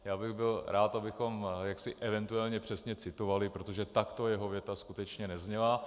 Byl bych rád, abychom jaksi eventuálně přesně citovali, protože takto jeho věta skutečně nezněla.